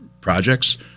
projects